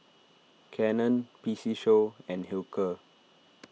Canon P C Show and Hilker